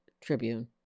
Tribune